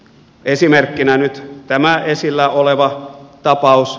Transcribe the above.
esimerkkinä nyt tämä esillä oleva tapaus